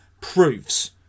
proves